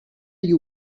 you